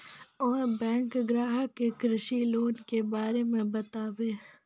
और बैंक ग्राहक के कृषि लोन के बारे मे बातेबे?